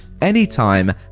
anytime